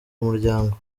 umuryango